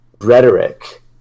rhetoric